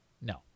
No